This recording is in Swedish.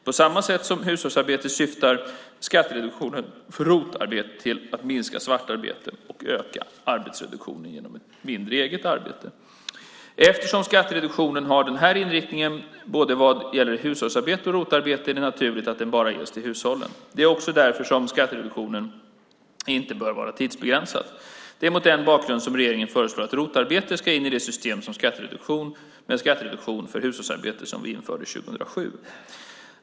På samma sätt som för hushållsarbete syftar skattereduktionen för ROT-arbete till att minska svartarbetet och att öka arbetsutbudet genom mindre eget arbete. Eftersom skattereduktionen har den här inriktningen både vad gäller hushållsarbete och ROT-arbete är det naturligt att den bara ges till hushållen. Det är också därför som skattereduktionen inte bör vara tidsbegränsad. Det är mot denna bakgrund som regeringen föreslår att ROT-arbeten ska in i det system med skattereduktion för hushållsarbete som vi införde 2007.